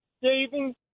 saving